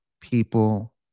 people